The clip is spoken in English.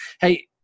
Hey